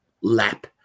lap